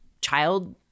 child